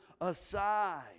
aside